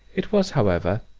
it was, however,